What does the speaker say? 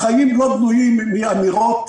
החיים לא בנויים מאמירות.